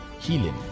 healing